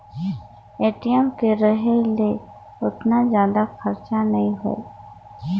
ATM के रहें मे ओतना जादा खरचा नइ होए